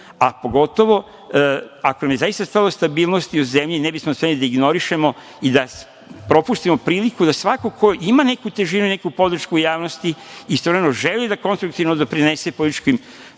a pogotovo ako vam je zaista stalo do stabilnosti u zemlji ne bismo smeli da ignorišemo i da propustimo priliku da svako ko ima neku težinu i neku podršku u javnosti, istovremeno želi da konstruktivno doprinese političkim